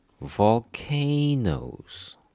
volcanoes